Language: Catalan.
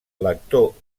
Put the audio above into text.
lector